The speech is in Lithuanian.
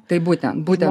tai būtent būtent